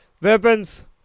Weapons